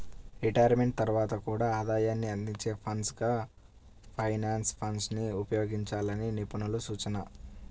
retirement తర్వాత కూడా ఆదాయాన్ని అందించే ఫండ్స్ గా పెన్షన్ ఫండ్స్ ని ఉపయోగించాలని నిపుణుల సూచన